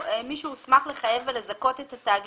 מי שהוסמך לחייב ולזכות את התאגיד